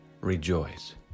rejoice